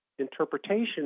interpretation